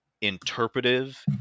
interpretive